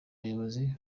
bayobozi